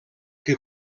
que